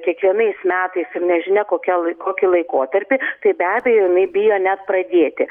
kiekvienais metais ir nežinia kokia lai kokį laikotarpį tai be abejo jinai bijo net pradėti